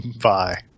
Bye